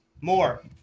more